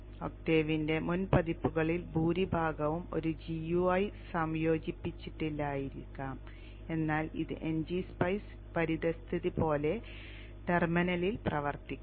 ഒക്ടേവിന്റെ മുൻ പതിപ്പുകളിൽ ഭൂരിഭാഗവും ഒരു gui സംയോജിപ്പിച്ചിട്ടില്ലായിരിക്കാം എന്നാൽ ഇത് ngSpice പരിതസ്ഥിതി പോലെ ടെർമിനലിൽ പ്രവർത്തിക്കും